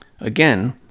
again